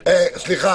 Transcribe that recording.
נו,